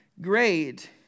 great